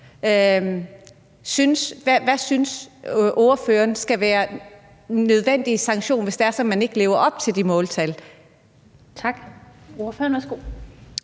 Hvad synes ordføreren skal være den nødvendige sanktion, hvis man ikke lever op til de måltal?